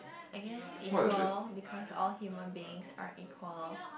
I guess equal because all human beings are equal